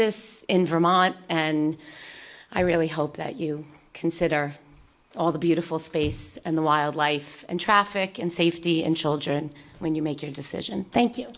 this in vermont and i really hope that you consider all the beautiful space in the wildlife and traffic and safety and children when you make your decision thank you